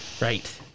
Right